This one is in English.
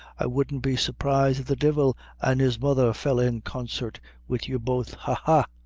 i wouldn't be surprised if the divil an' his mother fell in consate wid you both ha! ha!